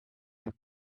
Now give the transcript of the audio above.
you